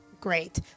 great